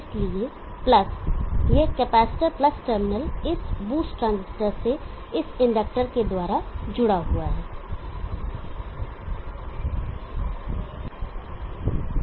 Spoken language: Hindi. इसलिए प्लस यह कैपेसिटर प्लस टर्मिनल इस बूस्ट ट्रांजिस्टर से इस इंडक्टर से जुड़ा है